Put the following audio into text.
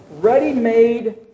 ready-made